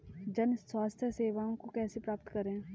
जन स्वास्थ्य सेवाओं को कैसे प्राप्त करें?